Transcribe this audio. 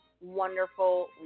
wonderful